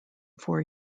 four